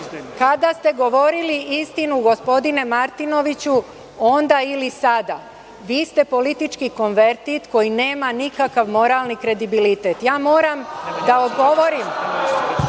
Kada ste govorili istinu gospodine Martinoviću, onda ili sada? Vi ste politički konvertit koji nema nikakav moralni kredibilitet. Moram da odgovorim